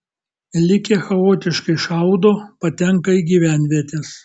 likę chaotiškai šaudo patenka į gyvenvietes